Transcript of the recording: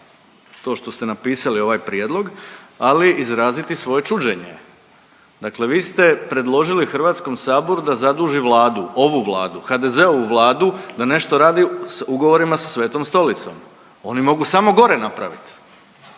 to što ste napisali ovaj prijedlog, ali i izraziti svoje čuđenje. Dakle vi ste predložili HS da zaduži Vladu, ovu Vladu, HDZ-ovu Vladu da nešto radi s ugovorima sa Svetom Stolicom. Oni mogu samo gore napravit.